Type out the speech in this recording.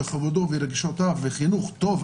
כבודו ורגשותיו ולחינוך טוב,